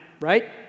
right